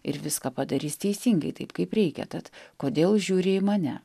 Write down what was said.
ir viską padarys teisingai taip kaip reikia tad kodėl žiūri į mane